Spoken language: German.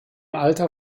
alter